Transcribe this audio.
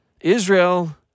Israel